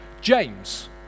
James